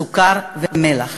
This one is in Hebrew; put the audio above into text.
סוכר ומלח.